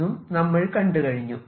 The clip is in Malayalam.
എന്നും നമ്മൾ കണ്ടുകഴിഞ്ഞു